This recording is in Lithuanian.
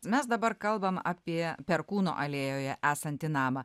mes dabar kalbam apie perkūno alėjoje esantį namą